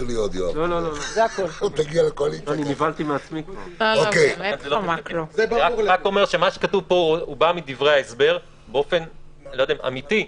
אני רק אומר שמה שכתוב פה בא מדברי ההסבר באופן אני לא יודע אמיתי,